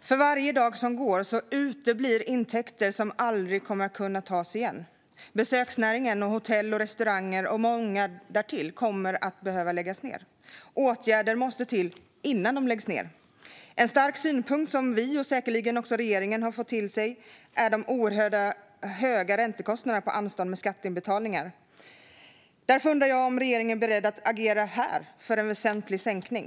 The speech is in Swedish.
För varje dag som går uteblir intäkter som aldrig kommer att kunna tas igen. Inom besöksnäringen kommer hotell, restauranger och många därtill att behöva läggas ned. Åtgärder måste till dessförinnan. En stark synpunkt som framförts till oss och säkerligen också till regeringen gäller de oerhört höga räntekostnaderna på anstånd med skatteinbetalningar. Därför undrar jag om regeringen är beredd att agera här för en väsentlig sänkning.